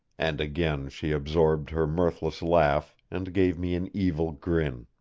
and again she absorbed her mirthless laugh, and gave me an evil grin.